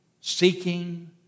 seeking